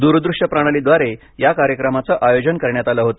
दूरदृश्य प्रणालीद्वारे या कार्यक्रमाच आयोजन करण्यात आलं होत